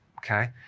Okay